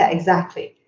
ah exactly.